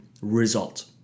result